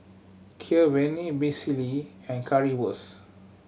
Kheer Vermicelli and Currywurst